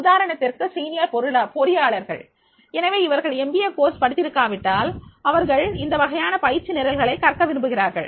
உதாரணத்திற்கு மூத்த பொறியாளர்கள் எனவே அவர்கள் மேலாண்மை மேற்படிப்பு படித்திருக்காரவிட்டால் அவர்கள் இந்த வகையான பயிற்சி நிரல்களை கற்க விரும்புகிறார்கள்